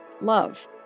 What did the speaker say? love